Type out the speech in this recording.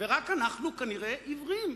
ורק אנחנו כנראה עיוורים.